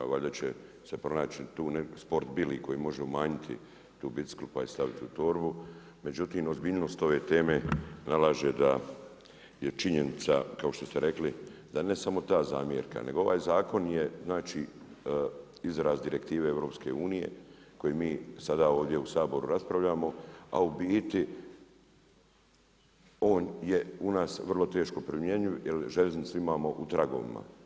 Valjda će se tu pronaći Sport Bili koji može umanjiti tu biciklu pa ju staviti u torbu, međutim ozbiljnost ove teme nalaže da je činjenica kao što ste rekli da ne samo ta zamjerka nego ovaj zakon je izraz direktive EU koje mi sada ovdje u Saboru raspravljamo, a on je u nas vrlo teško primjenjiv jer željeznicu imamo u tragovima.